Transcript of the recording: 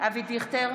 אבי דיכטר,